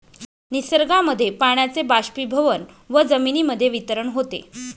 निसर्गामध्ये पाण्याचे बाष्पीभवन व जमिनीमध्ये वितरण होते